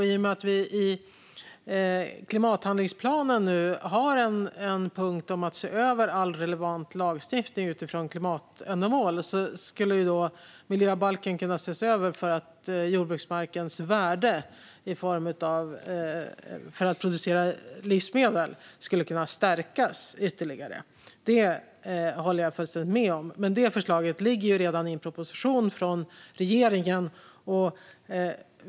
I och med att vi i klimathandlingsplanen nu har en punkt om att se över all relevant lagstiftning utifrån klimatändamål skulle miljöbalken kunna ses över för att jordbruksmarkens värde för att producera livsmedel skulle kunna stärkas ytterligare. Det håller jag fullständigt med om, men det förslaget ligger redan i en proposition från regeringen.